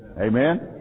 Amen